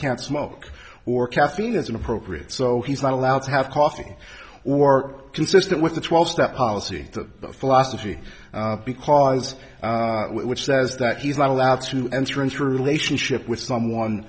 can't smoke or caffeine isn't appropriate so he's not allowed to have coffee or consistent with the twelve step policy philosophy because which says that he's not allowed to enter into a relationship with someone